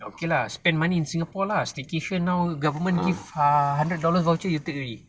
okay lah spend money in singapore lah staycation now government give ah hundred dollars voucher you take already